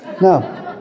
No